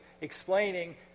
explaining